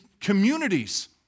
communities